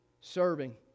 serving